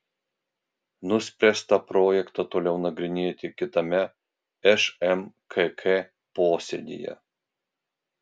nuspręsta projektą toliau nagrinėti kitame šmkk posėdyje